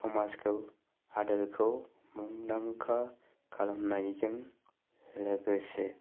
समाजखौ हादरखौ मुंदांखा खालामनायजों लोगोसे